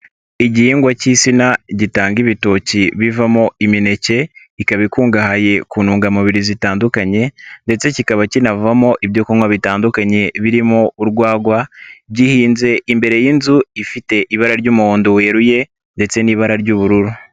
Igihingwa k'insina gitanga ibitoki bivamo imineke ikaba ikungahaye ku ntungamubiri zitandukanye, ndetse kikaba kinavamo ibyokunywa bitandukanye birimo urwagwa gihinze imbere y'inzu ifite ibara ry'umuhondo weruye ndetse n'ibara ry'ubururu.